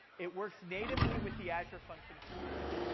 it works natively with the azure functions tooling.